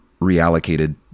reallocated